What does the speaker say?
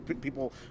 people